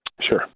Sure